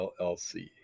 LLC